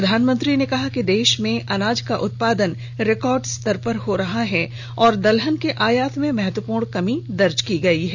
प्रधानमंत्री ने कहा कि देश में अनाज का उत्पादन रिकॉर्ड स्तर में हो रहा है और दलहन के आयात में महत्वपूर्ण कमी दर्ज हुई है